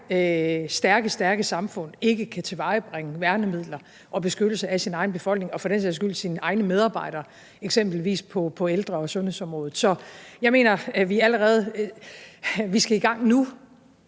stærke, stærke samfund ikke kan tilvejebringe værnemidler og beskyttelse af sine egne befolkninger og for den sags skyld sine egne medarbejdere, eksempelvis på ældre- og sundhedsområdet. Så jeg mener allerede, vi skal i gang nu.